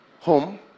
home